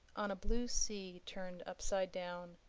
on a blue sea turned upside down.